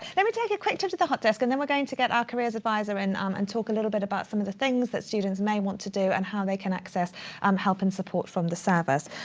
let me take a quick trip to the hot desk and then we're going to get our careers advisor in um and talk a little bit about some of the things that students may want to do and how they can access um help and support from the service.